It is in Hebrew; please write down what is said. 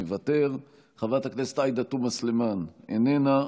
מוותר, חברת הכנסת עאידה תומא סלימאן, איננה.